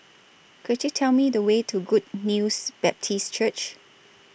Could YOU Tell Me The Way to Good News Baptist Church